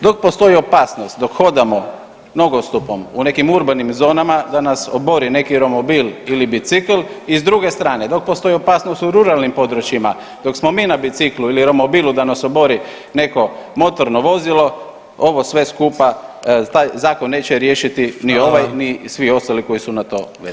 Dok postoji opasnost, dok hodamo nogostupom u nekim urbanim zonama da nas obori neki romobil ili bicikl i s druge strane dok postoji opasnost u ruralnim područjima dok smo mi na biciklu ili romobilu da nas obori neko motorno vozilo ovo sve skupa, taj zakon neće riješiti ni ovaj [[Upadica: Hvala vam.]] ni svi ostali koji su na to vezani.